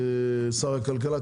שר הכלכלה.